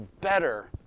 better